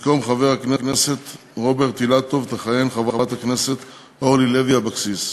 במקום חבר הכנסת רוברט אילטוב תכהן חברת הכנסת אורלי לוי אבקסיס,